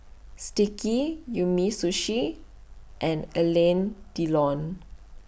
Sticky Umisushi and Alain Delon